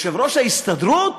יושב-ראש ההסתדרות,